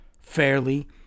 fairly